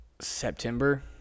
September